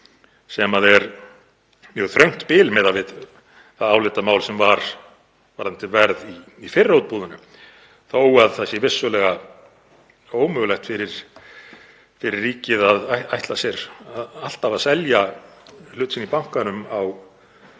Það er mjög þröngt bil miðað við það álitamál sem var varðandi verð í fyrra útboðinu þó að það sé vissulega ómögulegt fyrir ríkið að ætla sér alltaf að selja hlut sinn í bankanum á